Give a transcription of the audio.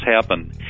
happen